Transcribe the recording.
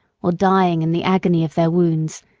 or dying in the agony of their wounds,